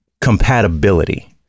compatibility